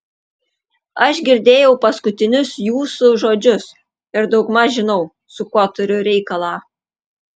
aš girdėjau paskutinius jūsų žodžius ir daugmaž žinau su kuo turiu reikalą